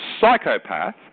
psychopath